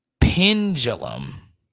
pendulum